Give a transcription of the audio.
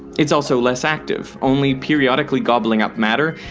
it's also less active, only periodically gobbling up matter,